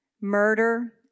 murder